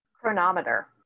chronometer